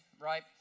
right